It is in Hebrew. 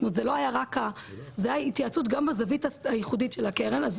זאת אומרת זו הייתה התייעצות גם בזווית הייחודית של הקרן,